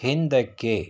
ಹಿಂದಕ್ಕೆ